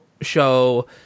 show